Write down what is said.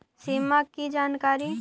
सिमा कि जानकारी?